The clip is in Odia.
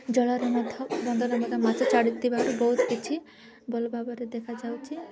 ଜଳରେ ମଧ୍ୟ ମାଛ ଛାଡ଼ୁଥିବାରୁ ବହୁତ କିଛି ଭଲ ଭାବରେ ଦେଖାଯାଉଛି